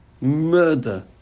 murder